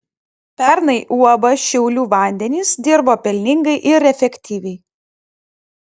pernai uab šiaulių vandenys dirbo pelningai ir efektyviai